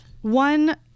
One